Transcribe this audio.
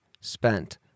spent